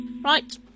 Right